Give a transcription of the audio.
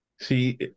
See